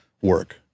work